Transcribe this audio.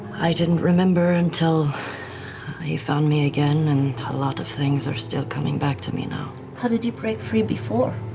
i didn't remember until he found me again, and a lot of things are still coming back to me now. laura how did you break free before?